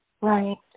Right